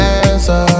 answer